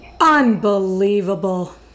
Unbelievable